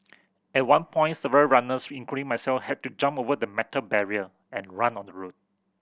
at one point several runners including myself had to jump over the metal barrier and run on the road